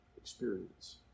experience